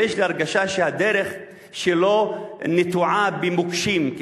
אבל יש לי הרגשה שהדרך שלו נטועה במוקשים,